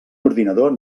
ordinador